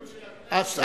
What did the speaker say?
אבל זאת זילות של הכנסת.